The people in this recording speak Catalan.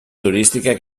turística